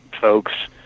folks